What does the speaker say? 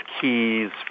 keys